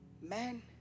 man